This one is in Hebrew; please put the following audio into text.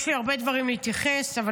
יש לי הרבה דברים להתייחס אליהם,